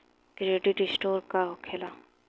Credit score का होखेला?